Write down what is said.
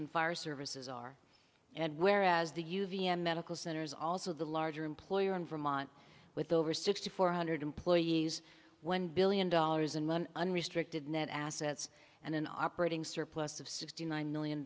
and fire services are and whereas the u v s medical centers also the larger employer in vermont with over sixty four hundred employees when billion dollars in one unrestricted net assets and an operating surplus of sixty nine million